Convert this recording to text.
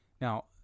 Now